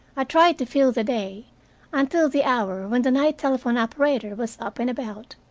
i tried to fill the day until the hour when the night telephone-operator was up and about,